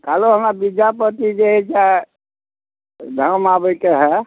कहलहुँ हमरा विद्यापति जे हैय से धाम आबैके हैय